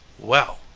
well,